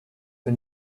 for